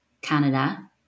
Canada